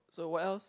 so what else